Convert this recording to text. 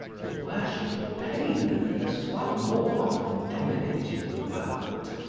the worship of pain has far more often dominated the world.